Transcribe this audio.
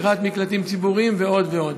לפתוח מקלטים ציבוריים ועוד ועוד.